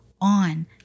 on